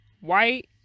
white